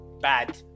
bad